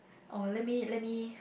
uh let me let me